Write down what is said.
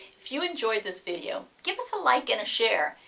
if you enjoyed this video, give us a like and a share,